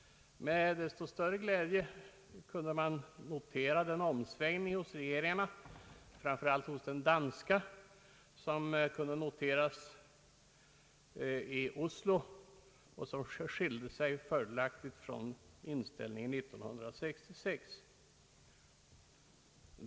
Med desto större glädje noterar man den omsvängning hos regeringarna, framför allt hos den danska regeringen, som kunde noteras i Oslo och som fördelaktigt skilde sig från inställningen 1966.